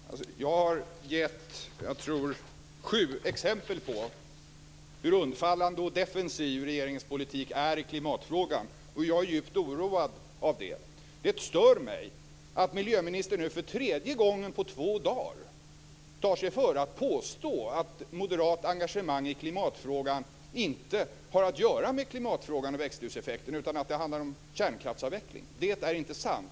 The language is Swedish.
Fru talman! Jag har gett, tror jag, sju exempel på hur undfallande och defensiv regeringens politik är i klimatfrågan, och jag är djupt oroad av detta. Det stör mig att miljöministern nu för tredje gången på två dagar tar sig före att påstå att moderat engagemang i klimatfrågan inte har att göra med klimatfrågan och växthuseffekten, utan att det handlar om kärnkraftsavveckling. Det är inte sant.